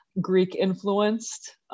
Greek-influenced